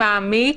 מעמיק,